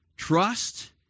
Trust